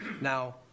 Now